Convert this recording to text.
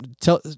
tell